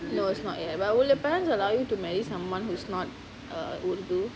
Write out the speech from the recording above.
no it's not yet but will your parents allow you to marry someone who's not err urdu